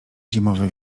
zimowy